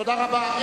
תודה רבה.